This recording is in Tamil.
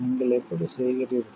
நீங்கள் எப்படி செய்கிறீர்கள்